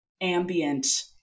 ambient